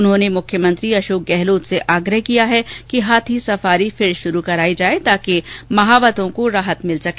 उन्होंने मुख्यमंत्री अशोक गहलोत से आग्रह किया है कि हाथी सफारी फिर शुरू कराई जाए ताकि महावतों को राहत मिल सके